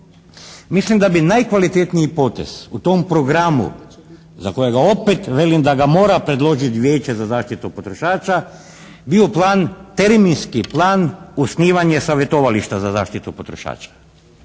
mislim da bi najkvalitetniji potez u tom programu za kojega opet velim da ga mora predložiti Vijeće za zaštitu potrošača bio plan, termijski plan osnivanje savjetovališta za zaštitu potrošača.